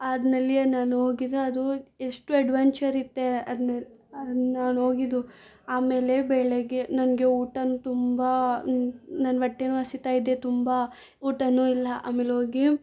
ಅದ್ನಲ್ಲಿಯೆ ನಾನು ಹೋಗಿದ್ದೆ ಅದು ಎಷ್ಟು ಎಡ್ವಂಚರ್ ಇತ್ತು ಅದನ್ನ ನಾನು ಹೋಗಿದ್ದು ಆಮೇಲೆ ಬೆಳಿಗ್ಗೆ ನನಗೆ ಊಟನು ತುಂಬ ನನ್ನ ಹೊಟ್ಟೆನು ಹಸಿತಾ ಇದೆ ತುಂಬ ಊಟನು ಇಲ್ಲ ಆಮೆಲೋಗಿ